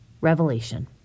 Revelation